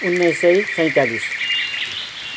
उन्नाइस सय सैँतालिस